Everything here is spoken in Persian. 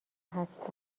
هستم